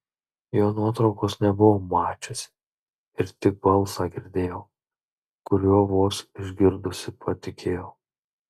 jo nuotraukos nebuvau mačiusi ir tik balsą girdėjau kuriuo vos išgirdusi patikėjau